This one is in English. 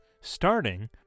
starting